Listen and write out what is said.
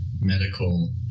medical